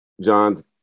John's